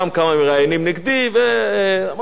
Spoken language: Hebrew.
אבל אמרתי: אבל זה לא יכול להיות,